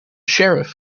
sheriff